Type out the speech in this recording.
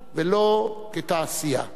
ולא כתעשייה.